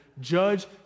judge